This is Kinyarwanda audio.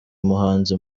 muhanzi